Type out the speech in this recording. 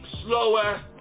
slower